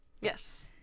Yes